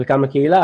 חלקם לקהילה,